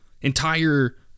entire